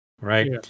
right